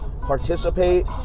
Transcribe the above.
participate